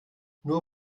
nur